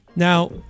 Now